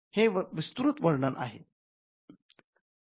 हे विस्तृत वर्णन आहे